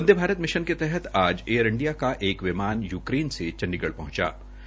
वंदे Bharat mission के तहत आज एयर इंडिया का विमाल यूक्रेन से चंडीगढ़ पहंचा है